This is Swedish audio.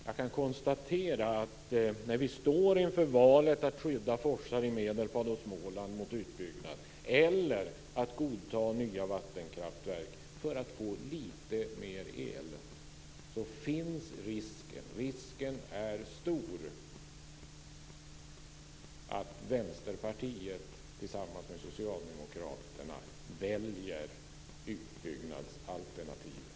Jag kan konstatera att när vi står inför valet att skydda forsar i Medelpad och Småland mot utbyggnad eller att godta nya vattenkraftverk för att få lite mer el finns risken - den är stor - att Vänsterpartiet tillsammans med Socialdemokraterna väljer utbyggnadsalternativet.